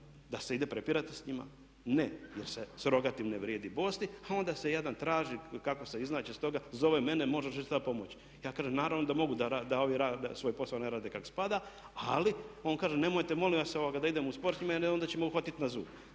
Da se ide prepirati s njima, ne jer se s rogatim ne vrijedi bosti e onda se jadan traži kako se iznaći iz toga, zove mene može li se šta pomoći. Ja kažem naravno da mogu, da ovi svoj posao ne rade kak spada ali on kaže nemojte molim vas da …/Govornik se ne razumije./… onda će mene uhvatiti na zub.